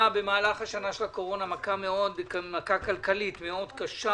במהלך השנה של הקורונה מכה כלכלית מאוד קשה.